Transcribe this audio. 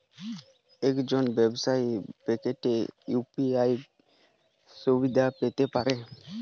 একজন ব্যাবসায়িক ব্যাক্তি কি ইউ.পি.আই সুবিধা পেতে পারে?